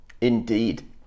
Indeed